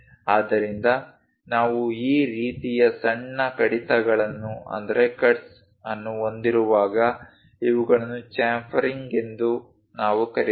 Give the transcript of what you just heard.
ಆದ್ದರಿಂದ ನಾವು ಆ ರೀತಿಯ ಸಣ್ಣ ಕಡಿತಗಳನ್ನು ಹೊಂದಿರುವಾಗ ಇವುಗಳನ್ನು ಚೇಂಫರಿಂಗ್ ಎಂದು ನಾವು ಕರೆಯುತ್ತೇವೆ